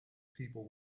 people